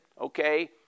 okay